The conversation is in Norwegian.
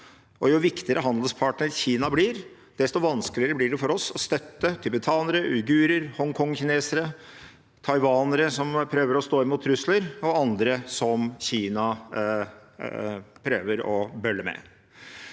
blir som handelspartner, desto vanskeligere blir det for oss å støtte tibetanere, uigurer, hongkongkinesere, taiwanere som prøver å stå imot trusler, og andre som Kina prøver å bølle med.